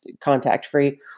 contact-free